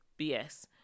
BS